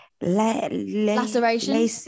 laceration